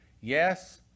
yes